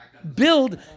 Build